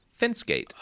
Fencegate